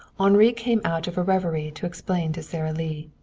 henri came out of a reverie to explain to sara lee.